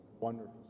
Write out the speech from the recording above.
Wonderful